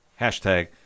hashtag